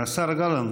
השר גלנט,